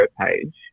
page